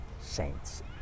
saints